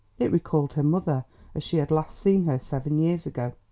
it recalled her mother as she had last seen her seven years ago.